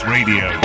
Radio